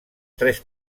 tres